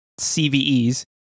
CVEs